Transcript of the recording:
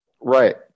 Right